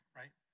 right